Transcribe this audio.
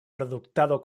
produktado